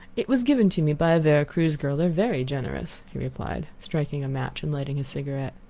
it was given to me by a vera cruz girl they are very generous, he replied, striking a match and lighting his cigarette.